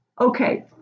okay